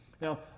Now